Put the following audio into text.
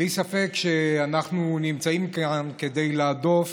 בלי ספק אנחנו נמצאים כאן כדי להדוף